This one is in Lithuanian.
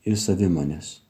ir savimonės